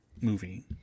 movie